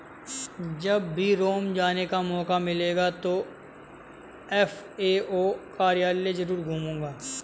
जब भी रोम जाने का मौका मिलेगा तो एफ.ए.ओ कार्यालय जरूर घूमूंगा